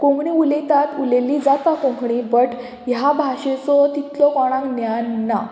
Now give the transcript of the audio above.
कोंकणी उलयतात उलयल्ली जाता कोंकणी बट ह्या भाशेचो तितलो कोणाक ज्ञान ना